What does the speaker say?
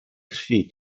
krwi